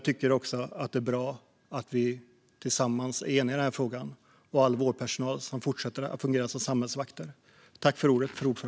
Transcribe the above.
Det är också bra att vi tillsammans är eniga i denna fråga och att all vårdpersonal fortsätter att fungera som samhällsvakter.